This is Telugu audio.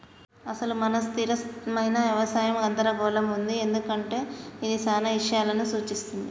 అసలు మన స్థిరమైన యవసాయం గందరగోళంగా ఉంది ఎందుకంటే ఇది చానా ఇషయాలను సూఛిస్తుంది